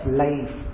life